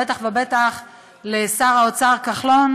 בטח ובטח לשר האוצר כחלון,